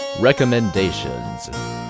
Recommendations